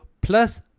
plus